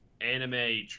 anime